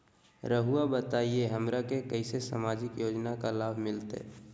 रहुआ बताइए हमरा के कैसे सामाजिक योजना का लाभ मिलते?